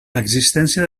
existència